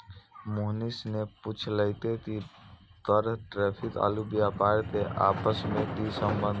मोहनीश ने पूछलकै कि कर टैरिफ आरू व्यापार के आपस मे की संबंध छै